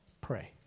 Pray